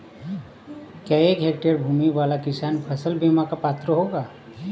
क्या एक हेक्टेयर भूमि वाला किसान फसल बीमा का पात्र होगा?